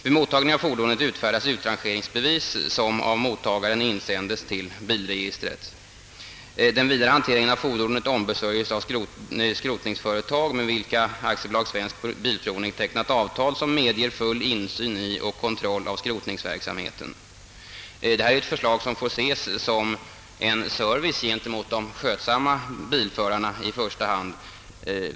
Vid mottagning av fordonet utfärdas utrangeringsbevis som av mottagaren insändes till bilregistret. Den vidare hanteringen av fordonet ombesörjes av skrotningsföretag med vilka AB Svensk bilprovning tecknat avtal som medger full insyn i och kontroll av skrotningsverksamheten. Förslaget får i första hand ses som en service gentemot de skötsamma bilförarna.